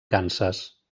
kansas